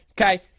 Okay